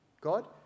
God